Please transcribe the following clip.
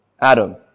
Adam